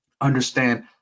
understand